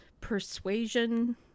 Persuasion